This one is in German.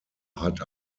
hat